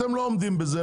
אתם לא עומדים בזה,